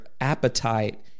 appetite